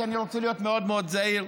כי אני רוצה להיות מאוד מאוד זהיר,